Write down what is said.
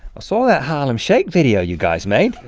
saw that harlem shake video you guys made.